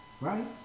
Right